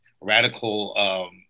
radical